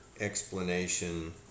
explanation